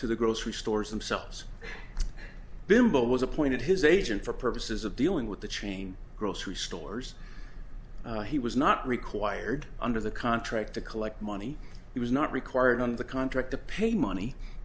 to the grocery stores themselves bimbo was appointed his agent for purposes of dealing with the chain grocery stores he was not required under the contract to collect money he was not required on the contract to pay money